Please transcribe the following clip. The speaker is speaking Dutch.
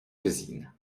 gezien